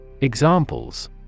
Examples